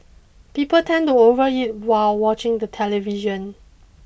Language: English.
people tend to overeat while watching the television